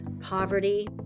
poverty